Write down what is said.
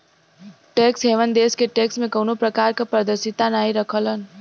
tax haven देश tax में कउनो प्रकार क पारदर्शिता नाहीं रखलन